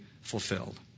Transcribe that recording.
fulfilled